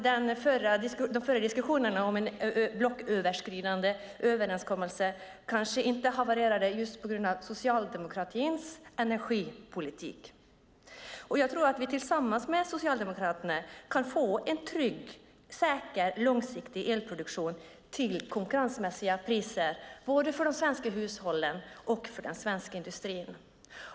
De förra diskussionerna om en blocköverskridande överenskommelse kanske inte havererade just på grund av socialdemokratins energipolitik. Jag tror att vi tillsammans med Socialdemokraterna kan få en trygg, säker och långsiktig elproduktion till konkurrensmässiga priser både för de svenska hushållen och för den svenska industrin.